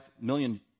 million